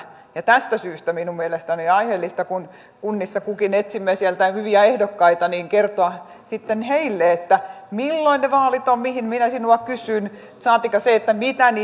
ja tästä syystä minun mielestäni on aiheellista kun kunnissa kukin etsimme sieltä hyviä ehdokkaita kertoa sitten heille milloin on ne vaalit mihin minä sinua kysyn